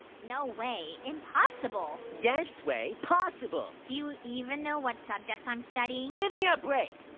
no way! impossible! yes way! possible! do you even know what subjects i'm studying? give me a break!